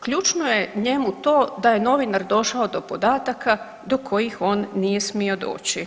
ključno je njemu to da je novinar došao do podataka do kojih on nije smio doći.